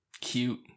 Cute